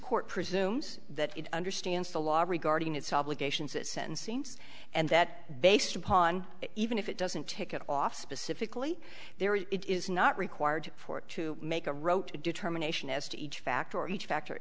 court presumes that it understands the law regarding its obligations that sentence seems and that based upon it even if it doesn't take it off specifically there it is not required for it to make a wrote a determination as to each fact or each factor